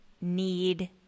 need